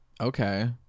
Okay